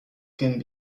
can